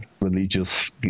religious